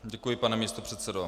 Děkuji, pane místopředsedo.